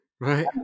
Right